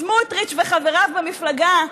סמוטריץ וחבריו במפלגה,